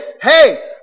hey